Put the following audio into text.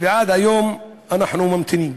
עד היום אנחנו ממתינים,